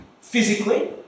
physically